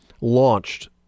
launched